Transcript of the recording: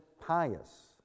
pious